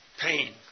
pain